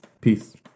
Peace